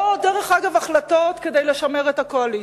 לא, דרך אגב, החלטות כדי לשמר את הקואליציה.